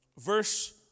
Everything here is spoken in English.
verse